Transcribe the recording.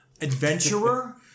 Adventurer